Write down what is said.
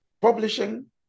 publishing